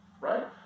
Right